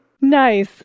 Nice